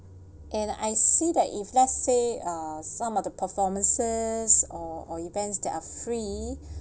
and I see that if let's say uh some of the performances or or events that are free